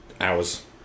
Hours